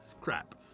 crap